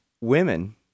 women